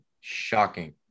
Shocking